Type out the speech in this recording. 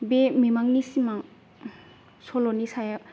बे मिंमांनि सिमां सल'नि सायाव